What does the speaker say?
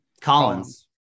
Collins